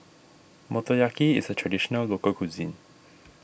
Motoyaki is a Traditional Local Cuisine